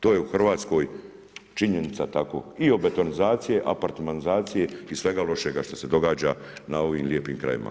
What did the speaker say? To je u Hrvatskoj činjenica tako i od betonizacije, apartmanizacije i svega lošega što se događa na ovim lijepim krajevima.